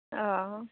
অঁ